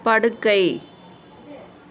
படுக்கை